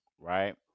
right